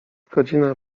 godzina